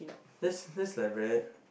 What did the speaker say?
that's that's like where